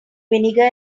vinegar